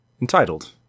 entitled